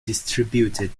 distributed